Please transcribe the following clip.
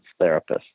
therapists